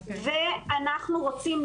ואנחנו רוצים,